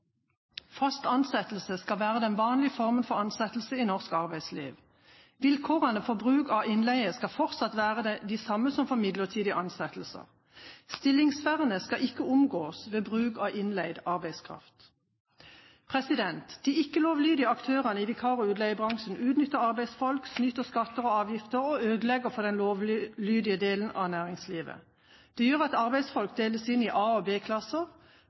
Fast ansettelse skal være den vanlige formen for ansettelse i norsk arbeidsliv. Vilkårene for bruk av innleie skal fortsatt være de samme som for midlertidig ansettelser. Stillingsvernet skal ikke omgås ved bruk av innleid arbeidskraft. De ikke-lovlydige aktørene i vikar- og utleiebransjen utnytter arbeidsfolk, snyter på skatter og avgifter og ødelegger for den lovlydige delen av næringslivet. Det gjør at arbeidsfolk deles inn i A- og